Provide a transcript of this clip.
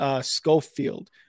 Schofield